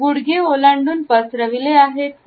गुडघे ओलांडून पसरविले आहेत का